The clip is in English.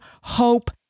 hope